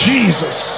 Jesus